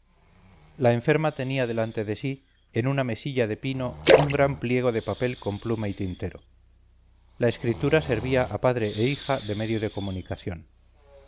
la enferma tenía delante de sí en una mesilla de pino un gran pliego de papel con pluma y tintero la escritura servía a padre e hija de medio de comunicación